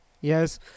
Yes